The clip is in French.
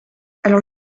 alors